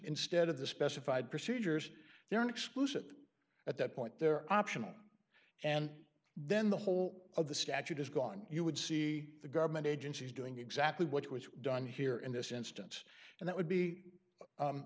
instead of the specified procedures they're an explicit at that point they're optional and then the whole of the statute is gone you would see the government agencies doing exactly what was done here in this instance and that would be